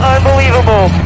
Unbelievable